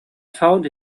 found